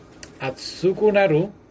Atsuku-Naru